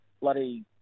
bloody